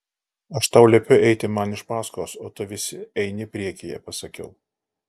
aš tau liepiu eiti man iš paskos o tu vis eini priekyje pasakiau